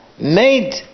made